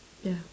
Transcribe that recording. ya